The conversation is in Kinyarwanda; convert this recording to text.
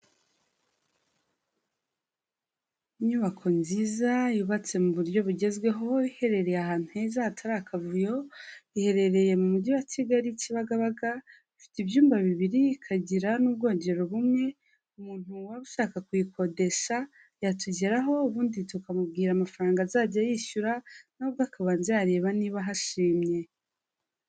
Inyubako nziza yubatse mu buryo bugezweho, iherereye ahantu heza hatari akavuyo, iherereye mu Mujyi wa Kigali Kibagabaga, ifite ibyumba bibiri, ikagira n'ubwogero bumwe, umuntu waba ushaka kuyikodesha yatugeraho ubundi tukamubwira amafaranga azajya yishyura na we ubwe akabanza yareba niba ahashimye.